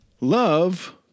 Love